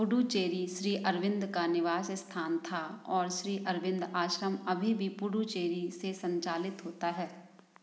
पुडुचेरी श्री अरविंद का निवास स्थान था और श्री अरविंद आश्रम अभी भी पुडुचेरी से संचालित होता है